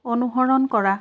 অনুসৰণ কৰা